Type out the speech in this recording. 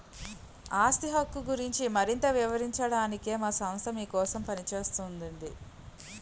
ఆస్తి హక్కు గురించి మరింత వివరించడానికే మా సంస్థ మీకోసం పనిచేస్తోందండి